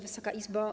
Wysoka Izbo!